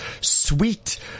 Sweet